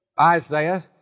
Isaiah